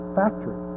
factory